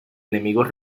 enemigos